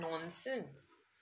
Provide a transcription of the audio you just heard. nonsense